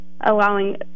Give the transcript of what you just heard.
allowing